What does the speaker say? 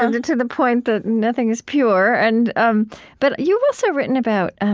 and to the point that nothing is pure. and um but you've also written about